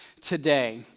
today